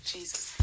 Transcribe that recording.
Jesus